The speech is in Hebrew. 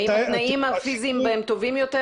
האם התנאים הפיזיים בהם טובים יותר?